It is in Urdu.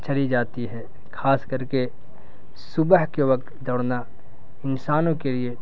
چڑھی جاتی ہے خاص کر کے صبح کے وقت دوڑنا انسانوں کے لیے